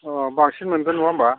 अ' बांसिन मोनगोन नङा होनबा